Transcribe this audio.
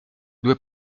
due